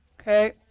Okay